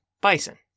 Bison